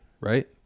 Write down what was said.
Right